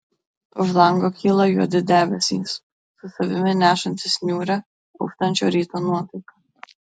už lango kyla juodi debesys su savimi nešantys niūrią auštančio ryto nuotaiką